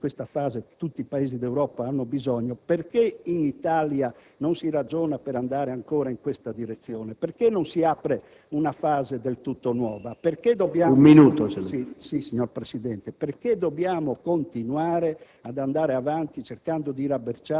e garantire le grandi riforme, di cui in questa fase tutti i Paesi d'Europa hanno bisogno, perché in Italia non si ragiona ancora per andare in quella direzione? Perché non si apre una fase del tutto nuova? Perché dobbiamo continuare